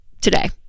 today